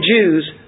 Jews